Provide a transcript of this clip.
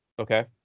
Okay